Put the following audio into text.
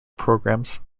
programs